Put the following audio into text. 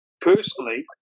personally